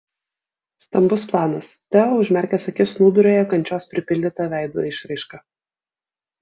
stambus planas teo užmerkęs akis snūduriuoja kančios pripildyta veido išraiška